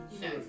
no